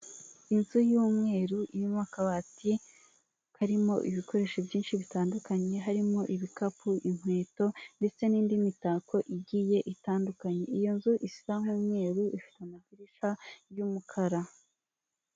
Inzu y'umweru, irimo akabati karimo ibikoresho byinshi bitandukanye, harimo ibikapu, inkweto, ndetse n'indi mitako igiye itandukanye. Iyo nzu isa nk'umweru, ifite amadirisha y'umukara.